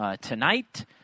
tonight